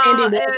Andy